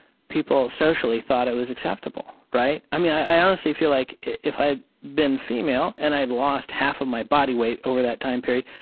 people socially thought it was acceptable, right? i mean, i honestly feel like if i had been female and i'd lost half of my body weight over that time period,